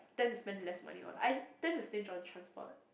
tend to spend less money on I tend to stinge on transport